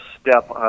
step